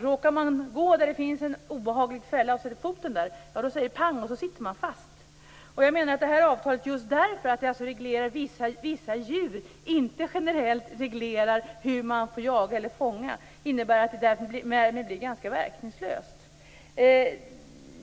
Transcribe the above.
Råkar de gå där det finns en obehaglig fälla och sätter ned foten där, säger det pang och så sitter de fast. Jag menar att att det här avtalet, just därför att det reglerar fångst av vissa djur och inte generellt reglerar hur man får jaga eller fånga, blir ganska verkningslöst.